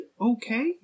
okay